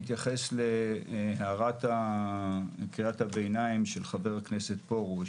אני אתייחס לקריאת הביניים של חבר הכנסת פרוש.